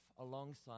alongside